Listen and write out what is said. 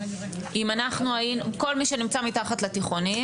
כל מי שנמצא מתחת לתיכונים,